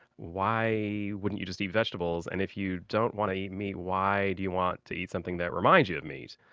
why wouldn't you just eat vegetables? and if you don't want to eat meat, why do you want to eat something that reminds you of meat?